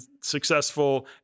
successful